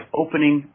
opening